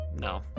no